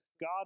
God